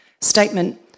Statement